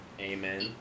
Amen